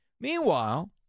Meanwhile